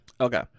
okay